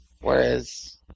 whereas